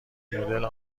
مدل